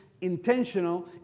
intentional